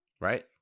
Right